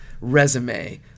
resume